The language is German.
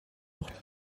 auch